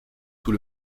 sous